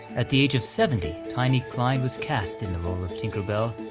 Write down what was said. at the age of seventy, tiny kline was cast in the role of tinker bell,